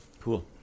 Cool